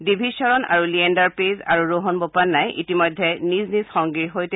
ডিভিজ শ্বৰণ লিয়েণ্ডাৰ পেজ আৰু ৰোহন বোপন্নাই ইতিমধ্যে নিজ নিজ সংগীৰ সৈতে